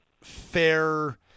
fair –